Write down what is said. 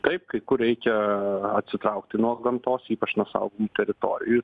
taip kai kur reikia atsitraukti nuo gamtos ypač nuo saugomų teritorijų